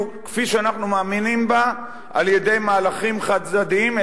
כפי שאנחנו מאמינים בה על-ידי מהלכים חד-צדדיים,